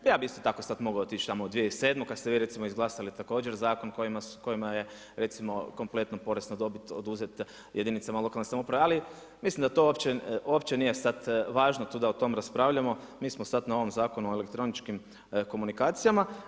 Ja bi isto tako sada mogao otići u 2007. kad ste vi recimo izglasali također zakon kojima je kompletno porez na dobit oduzeta jedinica lokalne samouprave, ali mislim da to uopće nije sad važno tu da o tome raspravljamo, mi smo sad na ovom Zakonu od elektroničkim komunikacijama.